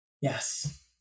Yes